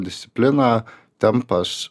disciplina tempas